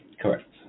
Correct